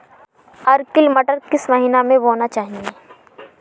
Arkel मटर किस महीना में बोना चाहिए?